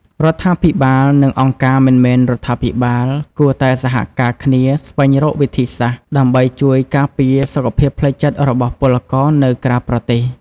រដ្ឋាភិបាល និងអង្គការមិនមែនរដ្ឋាភិបាលគួរតែសហការគ្នាស្វែងរកវិធីសាស្ត្រ ដើម្បីជួយការពារសុខភាពផ្លូវចិត្តរបស់ពលករនៅក្រៅប្រទេស។